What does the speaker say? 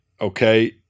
okay